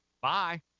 Bye